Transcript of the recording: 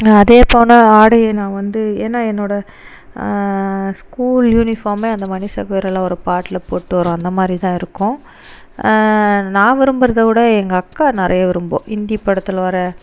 அது போல் ஆடையை நான் வந்து ஏன்னா என்னோட ஸ்கூல் யூனிஃபார்ம் அந்த மனிஷா கொய்ராலா ஒரு பாட்டில் போட்டு வரும் அந்த மாதிரி தான் இருக்கும் நான் விரும்புறதை விட எங்கள் அக்கா நிறைய விரும்புவாள் இந்தி படத்திலலாம் வர